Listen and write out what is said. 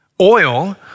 Oil